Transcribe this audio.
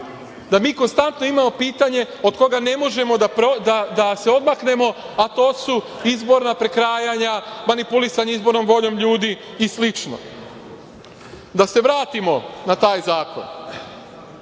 da mi konstantno imamo pitanje od koga ne možemo da se odmaknemo, a to su izborna prekrajanja, manipulisanje izbornom voljom ljudi i slično. Da se vratimo na taj zakon.